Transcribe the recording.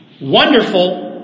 Wonderful